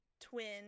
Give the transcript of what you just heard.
twin